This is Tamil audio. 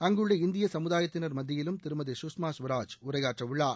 அங்குள்ள இந்திய சமுதாயத்தினர் மத்தியிலும் திருமதி சுஷ்மா சுவராஜ் உரையாற்றவுள்ளார்